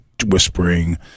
Whispering